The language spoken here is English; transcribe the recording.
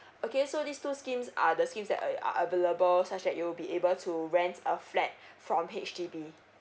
okay so this two schemes are the schemes that ar~ are available such that you'll be able to rent a flat from H_D_B